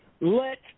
let